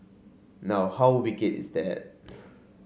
now how wicked is that